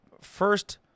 first